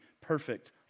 perfect